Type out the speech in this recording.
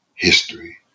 history